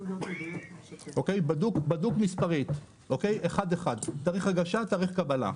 בדוק מספרית מתאריך הגשה לתאריך קבלה.